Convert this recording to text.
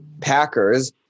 Packers